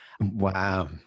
Wow